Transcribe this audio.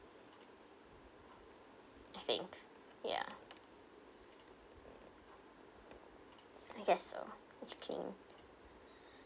I think ya I guess so I think